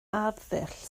arddull